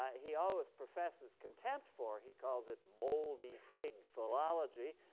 ah he always professes contempt for. he calls it moldy fig philology,